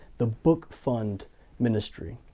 the book fund ministry.